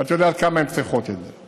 ואתה יודע עד כמה צריך את זה.